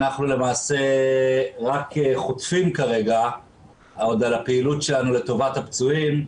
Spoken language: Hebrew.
אנחנו למעשה רק חוטפים כרגע על הפעילות שלנו לטובת הפצועים.